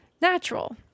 natural